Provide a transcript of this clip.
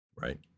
Right